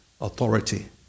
authority